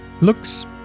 looks